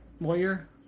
lawyer